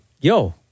yo